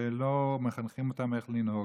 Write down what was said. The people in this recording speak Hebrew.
ולא מחנכים אותם איך לנהוג.